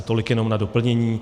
Tolik jenom na doplnění.